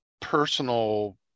personal